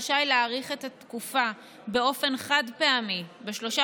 רשאי להאריך את התקופה באופן חד-פעמי בשלושה